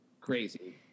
crazy